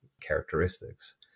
characteristics